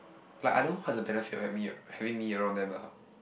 lah I don't know what is the benefit of having having me around them lah